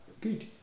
good